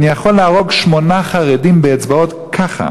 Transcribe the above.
אני יכול להרוג שמונה חרדים באצבעות, ככה".